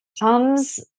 comes